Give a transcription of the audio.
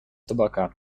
табака